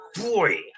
boy